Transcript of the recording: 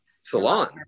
salon